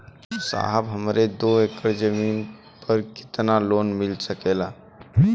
साहब हमरे दो एकड़ जमीन पर कितनालोन मिल सकेला?